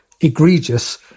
egregious